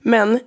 Men